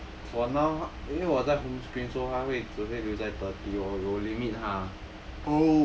for now for now 因为我在 home screen so 它会只会留在 thirty orh 有 limit ha